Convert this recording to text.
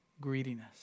greediness